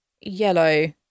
yellow